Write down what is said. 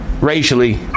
racially